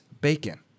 bacon